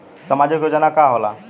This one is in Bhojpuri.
सामाजिक योजना का होला?